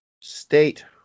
state